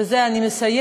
בזה אני מסיימת,